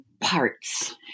parts